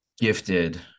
gifted